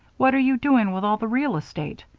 what are you doing with all the real estate?